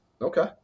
Okay